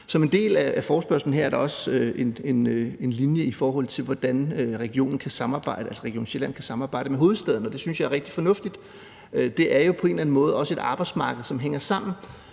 Som en del af forespørgslen her er der også en linje om, hvordan Region Sjælland kan samarbejde med hovedstaden, og det synes jeg er rigtig fornuftigt. Det er jo på en eller anden måde også et arbejdsmarked, som hænger sammen.